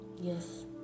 yes